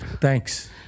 Thanks